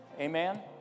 Amen